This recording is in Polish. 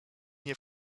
nie